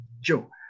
Joe